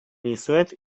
dizuet